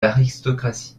l’aristocratie